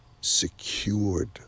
secured